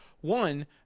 one